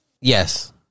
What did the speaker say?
Yes